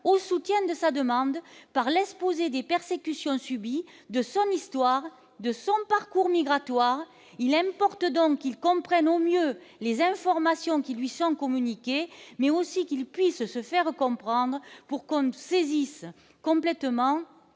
au soutien de sa demande par l'exposé des persécutions subies, de son histoire et de son parcours migratoire. Il importe donc qu'il comprenne les informations qui lui sont communiquées, mais aussi qu'il puisse se faire comprendre. L'amendement